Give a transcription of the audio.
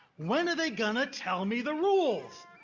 when are they going to tell me the rules?